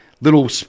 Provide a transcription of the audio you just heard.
little